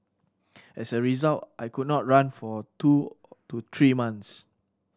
as a result I could not run for two to three months